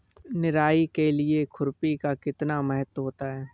निराई के लिए खुरपी का कितना महत्व होता है?